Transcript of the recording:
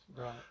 right